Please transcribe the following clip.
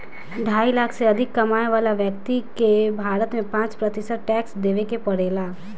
ढाई लाख से अधिक कमाए वाला व्यक्ति के भारत में पाँच प्रतिशत टैक्स देवे के पड़ेला